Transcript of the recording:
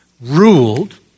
Ruled